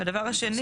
והדבר השני.